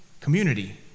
community